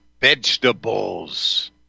vegetables